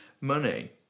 money